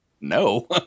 No